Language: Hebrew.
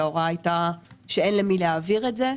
שההוראה הייתה שאין למי להעביר את זה.